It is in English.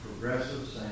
progressive